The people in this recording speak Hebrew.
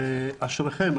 ואשריכם.